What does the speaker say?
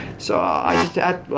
so i,